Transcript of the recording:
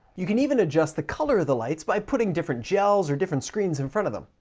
you can even adjust the color of the lights by putting different gels or different screens in front of them.